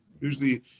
Usually